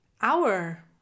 hour